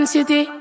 City